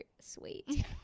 sweet